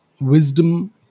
wisdom